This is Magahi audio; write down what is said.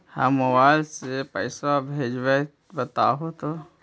हम मोबाईल से पईसा भेजबई बताहु तो?